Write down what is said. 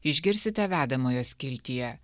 išgirsite vedamojo skiltyje